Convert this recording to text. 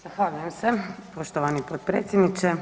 Zahvaljujem se poštovani potpredsjedniče.